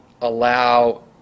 allow